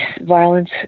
violence